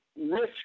risk